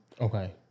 Okay